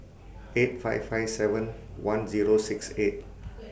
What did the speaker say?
eight five five seven one Zero six eight